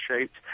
shaped